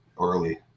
early